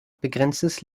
begrenztes